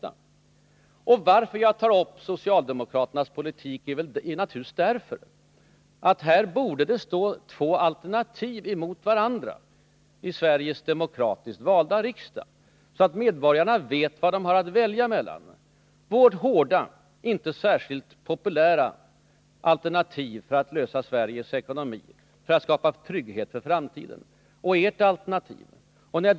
Anledningen till att jag berör socialdemokraternas politik är naturligtvis att jag anser att det bör stå två alternativ mot varandra i Sveriges demokratiskt valda riksdag, så att medborgarna vet vad de har att välja mellan. Dels är det vårt hårda och inte särskilt populära alternativ för att lösa Sveriges ekonomi och skapa trygghet för framtiden, dels är det socialdemokraternas alternativ.